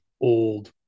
old